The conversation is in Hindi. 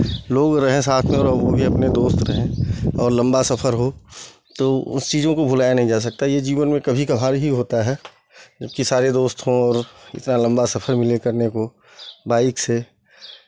लोग रहें साथ में और मुझे अपने दोस्त रहें और लम्बा सफ़र हो तो उन चीज़ों को भुलाया नहीं जा सकता ये जीवन में कभी कभार ही होता है जबकि सारे दोस्त हों और इतना लम्बा सफ़र मिले करने को बाइक से